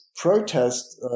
Protest